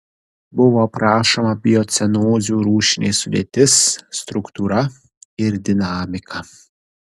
buvo aprašoma biocenozių rūšinė sudėtis struktūra ir dinamika